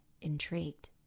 intrigued